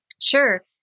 Sure